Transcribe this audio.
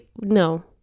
No